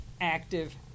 active